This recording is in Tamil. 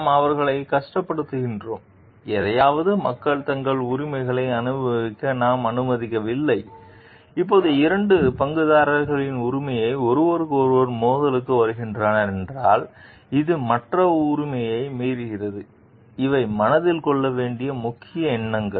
நாம் அவர்களை கஷ்டப்படுத்துகிறோம் எதையாவது மக்கள் தங்கள் உரிமைகளை அனுபவிக்க நாம் அனுமதிக்கவில்லை இப்போது இரண்டு பங்குதாரர்களின் உரிமைகள் ஒருவருக்கொருவர் மோதலுக்கு வருகின்றன என்றால் இது மற்ற உரிமையை மீறுகிறது இவை மனதில் கொள்ள வேண்டிய முக்கியமான எண்ணங்கள்